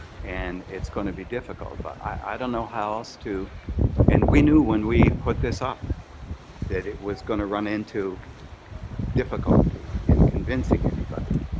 and it's going to be difficult, but i don't know how else to and we knew when we put this up that it was going to run into difficulty in convincing anybody.